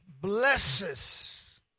blesses